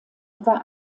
war